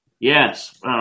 Yes